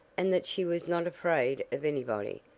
and that she was not afraid of anybody,